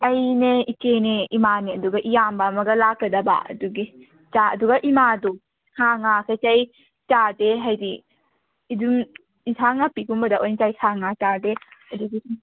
ꯑꯩꯅꯦ ꯏꯆꯦꯅꯦ ꯏꯃꯥꯅꯦ ꯑꯗꯨꯒ ꯏꯌꯥꯝꯕ ꯑꯃꯒ ꯂꯥꯛꯀꯗꯕ ꯑꯗꯨꯒꯤ ꯑꯗꯨꯒ ꯏꯃꯥꯗꯣ ꯁꯥ ꯉꯥ ꯀꯔꯤ ꯀꯔꯤ ꯆꯥꯗꯦ ꯍꯥꯏꯗꯤ ꯑꯗꯨꯝ ꯏꯟꯁꯥꯡ ꯅꯥꯄꯤꯒꯨꯝꯕꯗ ꯑꯣꯏꯅ ꯆꯥꯏ ꯁꯥ ꯉꯥ ꯆꯥꯗꯦ ꯑꯗꯨꯒꯤ ꯁꯨꯝ